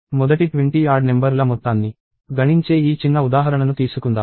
మొదటి 20 odd number ల మొత్తాన్ని గణించే ఈ చిన్న ఉదాహరణను తీసుకుందాం